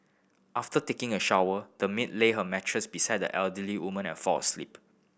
after taking a shower the maid laid her mattress beside the elderly woman and fell asleep